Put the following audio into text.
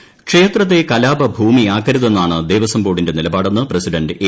പത്മകുമാർ ക്ഷേത്രത്തെ കലാപഭൂമിയാക്കരുതെന്നാണ് ദേവസ്വംബോർഡിന്റെ നിലപാടെന്ന് പ്രസിഡൻറ് എ